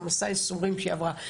את מסע הייסורים שהיא עברה,